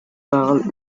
parlent